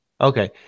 Okay